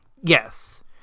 Yes